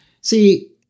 See